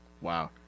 wow